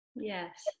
Yes